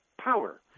Power